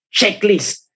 checklist